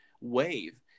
wave